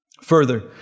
Further